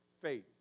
faith